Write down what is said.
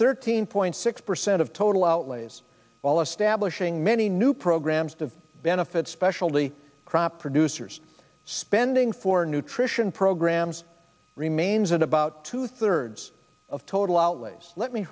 thirteen point six percent of total outlays all establishing many new programs to benefit specialty crops producers spending for nutrition programs remains and about two thirds of total outlays let me